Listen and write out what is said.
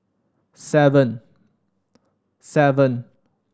seven seven